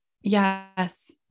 Yes